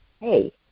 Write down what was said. hey